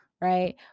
right